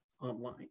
online